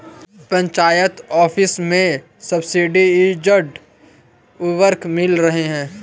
panchayat office में subsidised उर्वरक मिल रहे हैं